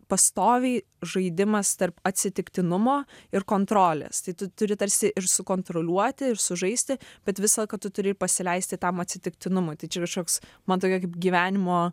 pastoviai žaidimas tarp atsitiktinumo ir kontrolės tai tu turi tarsi ir sukontroliuoti ir sužaisti bet visą laiką tu turi ir pasileisti tam atsitiktinumui tai čia kažkoks man tokia kaip gyvenimo